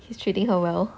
he's treating her well